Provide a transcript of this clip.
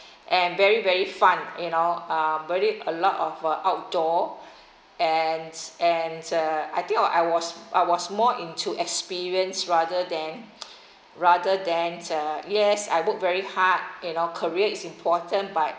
and very very fun you know uh very a lot of uh outdoor ands ands uh I think I I was I was more into experience rather than rather than uh yes I work very hard you know career is important but